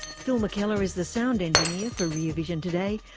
phil mckellar is the sound engineer for rear vision today.